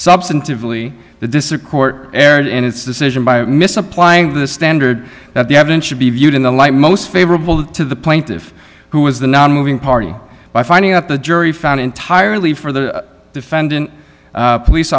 substantively the district court erred in its decision by misapplying the standard that the evidence should be viewed in the light most favorable to the plaintive who was the nonmoving party by finding out the jury found entirely for the defendant police